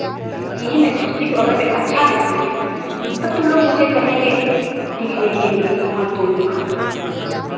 यही मैं सोचती हूँ कि अगर मैं अच्छा लिखूँगी तब तो लोग मुझे कहेंगे लिखने के लिए हाँ तुम लिखो